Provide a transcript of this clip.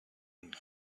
and